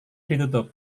ditutup